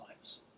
lives